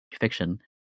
fiction